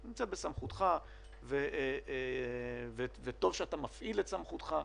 היא נמצאת בסמכותך וטוב שאתה מפעיל את סמכותך.